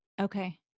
Okay